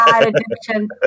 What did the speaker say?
addiction